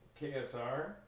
KSR